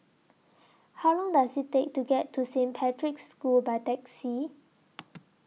How Long Does IT Take to get to Saint Patrick's School By Taxi